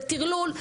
זה טרלול,